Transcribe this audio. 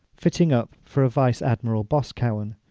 fitting up for vice-admiral boscawen,